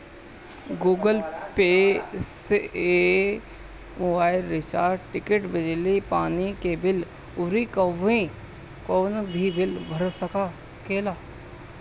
Google pay app से mobile recharge, ticket, बिजली पानी के बिल अउरी कवनो भी बिल भर सकेला